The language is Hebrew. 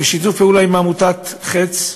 בשיתוף פעולה עם עמותת "חץ"